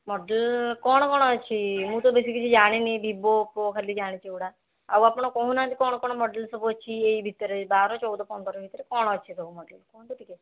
model କ'ଣ କ'ଣ ଅଛି ମୁଁ ତ ବେଶୀ କିଛି ଜାଣିନି ଭିବୋ ଓପୋ ଖାଲି ଜାଣିଛି ଏଗୁଡ଼ା ଆଉ ଆପଣ କହୁନାହାନ୍ତି କ'ଣ କ'ଣ ମଡ଼େଲ୍ ସବୁ ଅଛି ଏଇ ଭିତରେ ବାର ଚଉଦ ପନ୍ଦର ଭିତରେ କ'ଣ ଅଛି ସବୁ ମଡ଼େଲ୍ କୁହନ୍ତୁ ଟିକିଏ